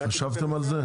חשבתם על זה?